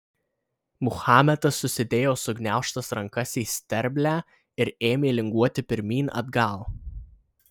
muhamedas susidėjo sugniaužtas rankas į sterblę ir ėmė linguoti pirmyn atgal